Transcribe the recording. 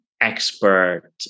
expert